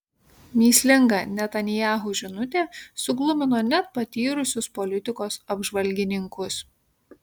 mįslinga netanyahu žinutė suglumino net patyrusius politikos apžvalgininkus